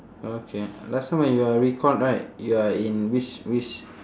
okay last time when you are recalled right you are in which which